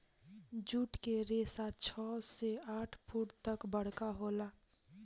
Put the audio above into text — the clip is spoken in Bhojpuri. जुट के रेसा छव से आठ फुट तक बरका होला